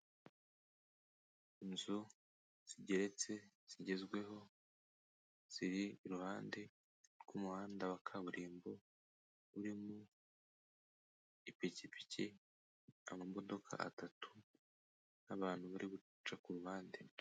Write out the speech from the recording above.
Inzu zigeretse zigezweho ziri iruhande rw'umuhanda wa kaburimbo, urimo ipikipiki, amamodoka atatu n'abantu bari guca ku ruhande.